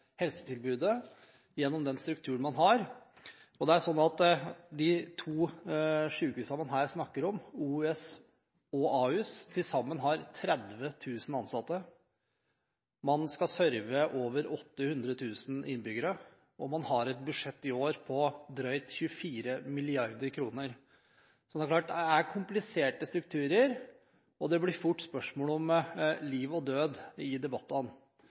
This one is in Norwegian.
helsetilbudet gjennom den strukturen man har. Det er sånn at de to sykehusene man her snakker om, OUS og Ahus, til sammen har 30 000 ansatte. Man skal serve over 800 000 innbyggere, og man har et budsjett i år på drøyt 24 mrd. kr. Så det er klart at det er kompliserte strukturer, og det blir fort spørsmål om liv og død i debattene.